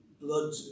Blood